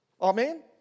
Amen